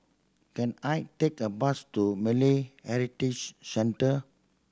can I take a bus to Malay Heritage Centre